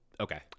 okay